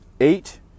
Eight